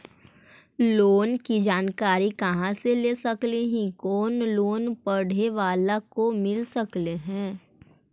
Loan की जानकारी कहा से ले सकली ही, कोन लोन पढ़े बाला को मिल सके ही?